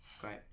great